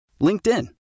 LinkedIn